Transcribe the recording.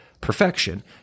perfection